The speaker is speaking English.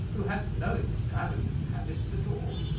who has no extravagant habits at all.